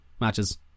matches